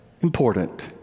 Important